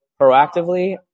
proactively